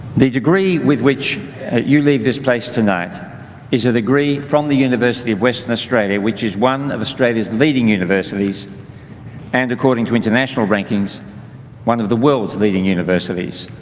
the degree with which that you leave this place tonight is a degree from the university of western australia which is one of australia's leading universities and according to international rankings one of the world's leading universities.